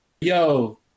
Yo